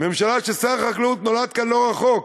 ממשלה ששר החקלאות שלה נולד פה לא רחוק,